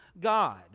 God